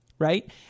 Right